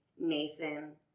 Nathan